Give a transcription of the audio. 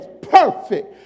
perfect